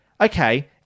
Okay